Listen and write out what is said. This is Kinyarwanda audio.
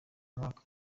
mwaka